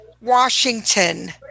Washington